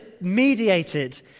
mediated